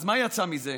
אז מה יצא מזה?